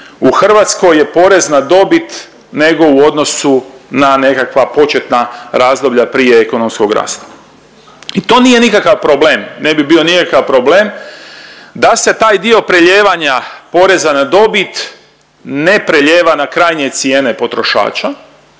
u Hrvatskoj je porez na dobit nego u odnosu na nekakva početna razdoblja prije ekonomskog rasta. I to nije nikakav problem, ne bi bio nikakav problem da se taj dio prelijevanja poreza na dobit ne prelijeva na krajnje cijene potrošača,